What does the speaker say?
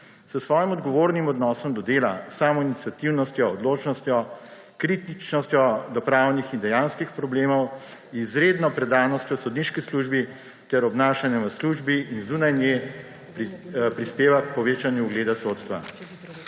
S svojim odgovornim odnosom do dela, samoiniciativnostjo, odločnostjo, kritičnostjo do pravnih in dejanskih problemov, izredno predanostjo sodniški službi ter obnašanjem v službi in zunaj nje prispeva k povečanju ugleda sodstva.